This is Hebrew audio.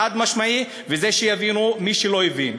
חד-משמעית, ואת זה שיבין מי שלא הבין.